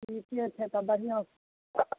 ठीके छै तऽ बढ़िआँ